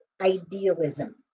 idealism